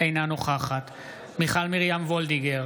אינה נוכחת מיכל מרים וולדיגר,